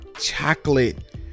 chocolate